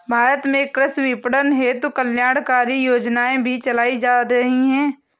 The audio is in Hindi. भारत में कृषि विपणन हेतु कल्याणकारी योजनाएं भी चलाई जा रही हैं